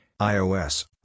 iOS